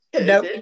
No